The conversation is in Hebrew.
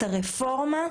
את הרפורמה,